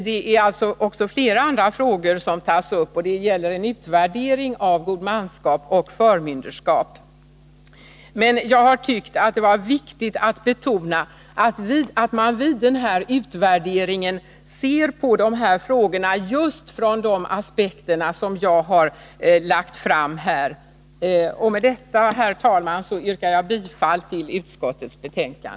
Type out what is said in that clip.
Jag tar där också upp flera andra frågor, nämligen en utvärdering av godmanskap och förmynderskap. Men jag tycker att det är viktigt att betona att man vid den utvärderingen skall se på frågorna just från de synpunkter som jag här har anfört. Med detta, herr talman, yrkar jag bifall till utskottets hemställan.